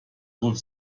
ruft